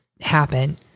happen